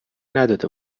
نداده